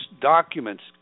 documents